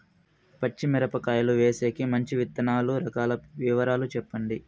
పచ్చి మిరపకాయలు వేసేకి మంచి విత్తనాలు రకాల వివరాలు చెప్పండి?